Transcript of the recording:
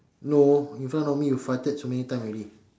no in front of me you farted so many times already